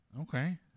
Okay